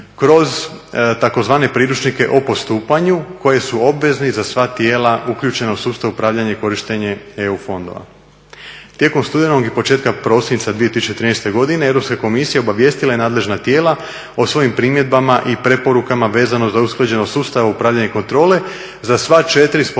kroz tzv. priručnike o postupanju koje su obvezni za sva tijela uključeno u sustavu upravljanje i korištenje EU fondova. Tijekom studenog i početkom prosinca 2013. Europska komisija obavijestila je nadležna tijela o svojim primjedbama i preporukama vezano za usklađenost sustava upravljanja kontrole za sva 4 spomenuta